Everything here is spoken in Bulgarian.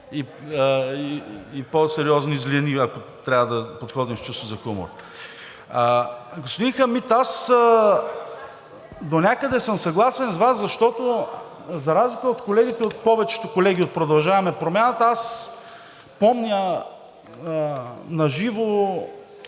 и по-сериозни злини, ако трябва да подходим с чувство за хумор. Господин Хамид, аз донякъде съм съгласен с Вас, защото за разлика от повечето колеги от „Продължаваме Промяната“, аз помня на живо